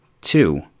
Two